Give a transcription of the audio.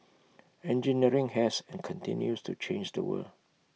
engineering has and continues to change the world